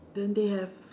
then they have